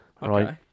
Right